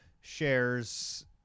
Shares